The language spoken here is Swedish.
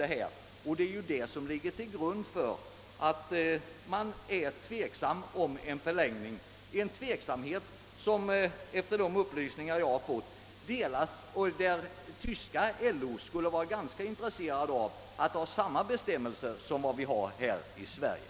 Därför är det tveksamt om den arbetstillståndsfria tiden bör förlängas, och denna vår tveksamhet delas enligt de upplysningar jag har fått av tyska LO, som skulle vilja ha samma bestämmelser som vi har här i Sverige.